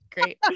Great